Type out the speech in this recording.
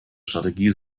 strategie